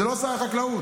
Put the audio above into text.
זה לא שר החקלאות.